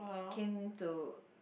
came to